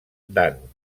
dan